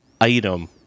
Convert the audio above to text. item